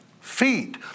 feet